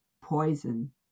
Poison